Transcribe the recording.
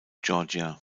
georgia